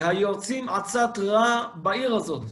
היועצים עצת רע בעיר הזאת.